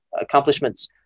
accomplishments